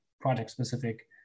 project-specific